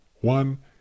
One